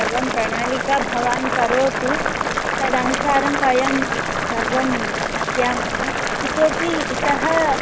सर्वं प्रणालिका भवान् करोतु तदनुसारं वयं सर्वं पश्यामः इतोऽपि इतः